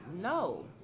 no